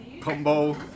combo